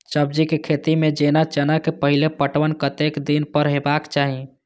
सब्जी के खेती में जेना चना के पहिले पटवन कतेक दिन पर हेबाक चाही?